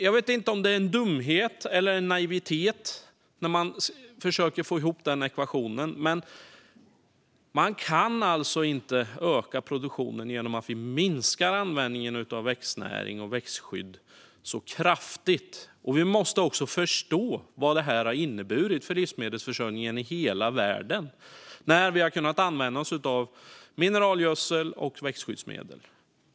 Jag vet inte om det är dumhet eller naivitet som gör att man försöker få ihop den ekvationen. Men man kan inte öka produktionen genom att minska användningen av växtnäring och växtskydd så kraftigt. Vi måste förstå vad det har inneburit för livsmedelsförsörjningen i hela världen att vi har kunnat använda oss av mineralgödsel och växtskyddsmedel.